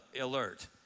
alert